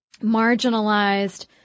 marginalized